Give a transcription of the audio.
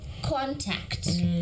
Contact